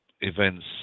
events